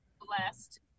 blessed